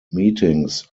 meetings